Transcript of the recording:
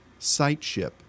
sightship